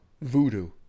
voodoo